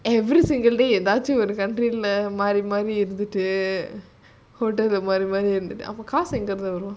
every single day ஏதாச்சும்ஒருமாறிமாறிஇருந்துட்டுஅப்போகாசுஎங்கஇருந்துவரும்:edhachum orumari mari irunthutu apo kaasu enga irunthu varum